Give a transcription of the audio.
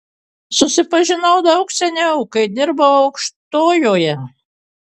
susipažinau daug seniau kai dirbau aukštojoje